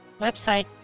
website